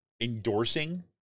endorsing